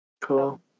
Cool